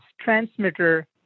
transmitter